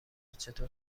چطور